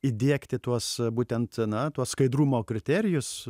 įdiegti tuos būtent na tuos skaidrumo kriterijus